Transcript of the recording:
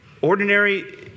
Ordinary